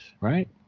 right